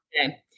Okay